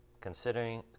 considering